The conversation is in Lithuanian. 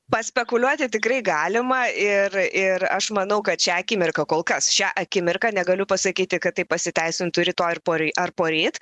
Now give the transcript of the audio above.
paspekuliuoti tikrai galima ir ir aš manau kad šią akimirką kol kas šią akimirką negaliu pasakyti kad tai pasiteisintų rytoj ar por ar poryt